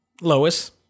lois